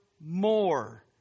more